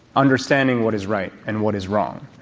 understanding what is right, and what is wrong,